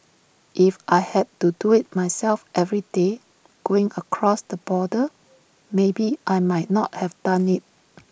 if I had to do IT myself every day going across the border maybe I might not have done IT